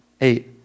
Eight